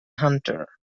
hunter